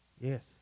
Yes